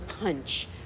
punch